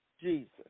Jesus